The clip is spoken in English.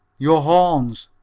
your horns,